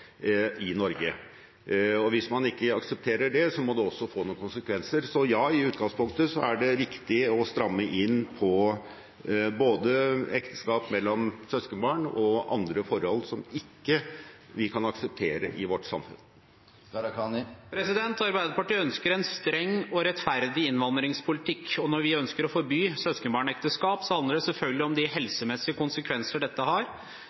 i Norge. Hvis man ikke aksepterer det, må det få noen konsekvenser. Så ja, i utgangpunktet er det riktig å stramme inn på både ekteskap mellom søskenbarn og andre forhold som vi ikke kan akseptere i vårt samfunn. Arbeiderpartiet ønsker en streng og rettferdig innvandringspolitikk. Når vi ønsker å forby søskenbarnekteskap, handler det selvfølgelig om de helsemessige konsekvensene dette har,